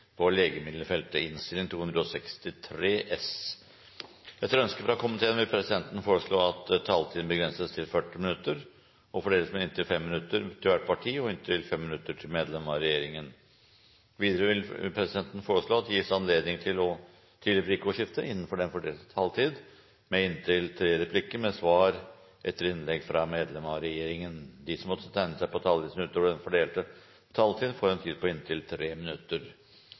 vil presidenten foreslå at taletiden begrenses til 40 minutter og fordeles med inntil 5 minutter til hvert parti og inntil 5 minutter til medlem av regjeringen. Videre vil presidenten foreslå at det gis anledning til replikkordskifte på inntil tre replikker med svar etter innlegg fra medlem av regjeringen innenfor den fordelte taletid. Videre blir det foreslått at de som måtte tegne seg på talerlisten utover den fordelte taletid, får en taletid på inntil 3 minutter.